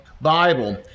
bible